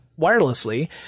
wirelessly